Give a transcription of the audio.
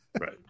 Right